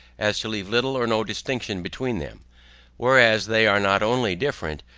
as to leave little or no distinction between them whereas they are not only different,